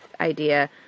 idea